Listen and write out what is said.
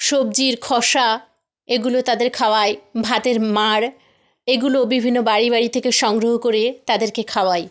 সবজির খোসা এগুলো তাদের খাওয়াই ভাতের মাড় এগুলো বিভিন্ন বাড়ি বাড়ি থেকে সংগ্রহ করে তাদেরকে খাওয়াই